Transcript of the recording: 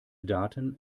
daten